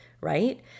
Right